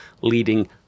leading